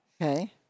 okay